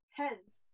hence